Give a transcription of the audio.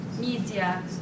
media